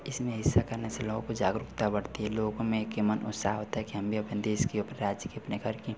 इसमें हिस्सा करने से लोगों को जागरूकता बढ़ती है लोगों में के मन में उत्साह होता है के हम भी अपने देश की अपने राज्य की अपने घर की